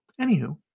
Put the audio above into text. Anywho